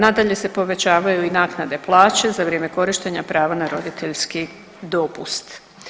Nadalje se povećavaju i naknade plaće za vrijeme korištenja prava na roditeljski dopust.